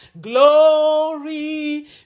glory